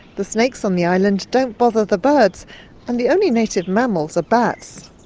the snakes on the island don't bother the birds and the only native mammals are bats.